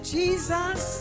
Jesus